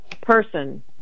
person